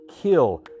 kill